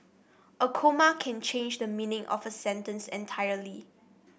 a comma can change the meaning of a sentence entirely